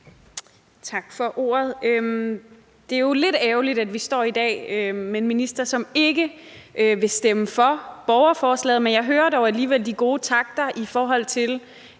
Tak for ordet. Det er lidt ærgerligt, at vi står i dag med en minister, som ikke vil stemme for borgerforslaget, men jeg hører dog alligevel de gode takter, i forhold til